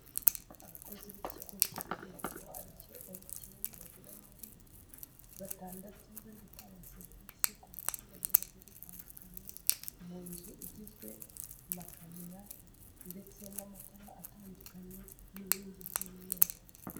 Abakozi b'ikigo cy'itumanaho aricyo emutiyeni, bagera muri batandatu bari gutanga serivisi ku baturage bagiye batandukanye, mu nzu igizwe na camera ndetse n'amatara atandukanye n'inkingi z'umweru.